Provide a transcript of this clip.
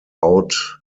out